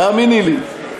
תאמיני לי.